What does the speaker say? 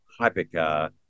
hypercar